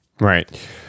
Right